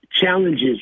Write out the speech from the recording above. challenges